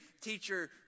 teacher